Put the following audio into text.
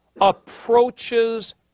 approaches